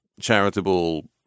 charitable